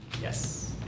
Yes